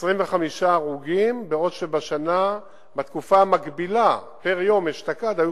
25 הרוגים בעוד בתקופה המקבילה פר-יום אשתקד היו